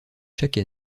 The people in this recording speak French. chaque